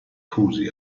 fusi